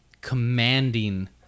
commanding